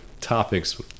topics